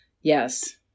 Yes